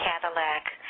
Cadillac